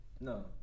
No